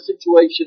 situation